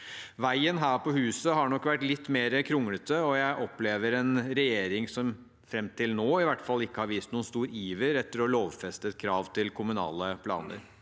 Veien her på huset har nok vært litt mer kronglete, og jeg opplever en regjering som – fram til nå, i hvert fall – ikke har vist noen stor iver etter å lovfeste et krav til kommunale planer.